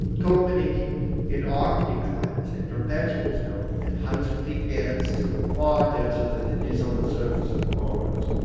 culminating in arctic climates and perpetual snow at heights where the air is still far denser than it is on the surface of mars.